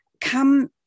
come